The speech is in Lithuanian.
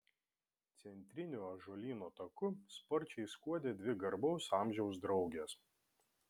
centriniu ąžuolyno taku sparčiai skuodė dvi garbaus amžiaus draugės